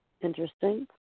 Interesting